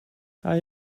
hij